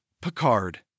Picard